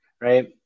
right